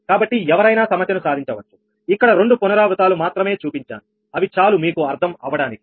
కాబట్టి ఎవరైనా సమస్యను సాధించవచ్చు ఇక్కడ రెండు పునరావృతాలు మాత్రమే చూపించాను అవి చాలు మీకు అర్థం అవ్వడానికి